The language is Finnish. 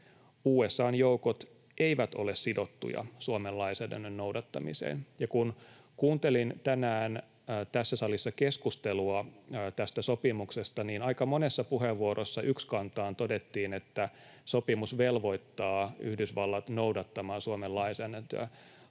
”USA:n joukot eivät ole sidottuja Suomen lainsäädännön noudattamiseen.” Kun kuuntelin tänään tässä salissa keskustelua tästä sopimuksesta, niin aika monessa puheenvuorossa ykskantaan todettiin, että sopimus velvoittaa Yhdysvallat noudattamaan Suomen lainsäädäntöä.